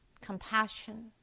compassion